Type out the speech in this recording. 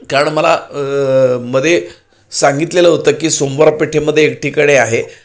कारण मला मध्ये सांगितलेलं होतं की सोमवार पेठेमध्ये एकटीकडे आहे